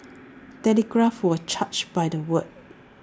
telegrams were charged by the word